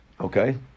Okay